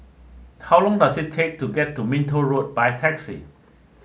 how long does it take to get to Minto Road by taxi